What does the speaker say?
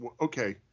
okay